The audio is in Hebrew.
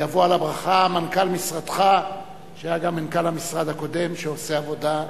יבוא על הברכה מנכ"ל משרדך שהיה גם מנכ"ל המשרד הקודם שעושה עבודה,